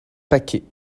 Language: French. paquet